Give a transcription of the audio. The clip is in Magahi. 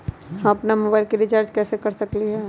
हम अपन मोबाइल में रिचार्ज कैसे कर सकली ह?